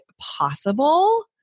possible